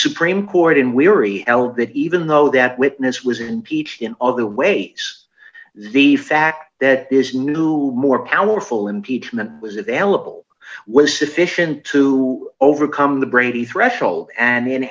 supreme court in weary felt that even though that witness was impeached in other ways the fact that this new more powerful impeachment was available was sufficient to overcome the brady threshold and